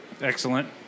Excellent